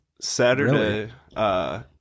Saturday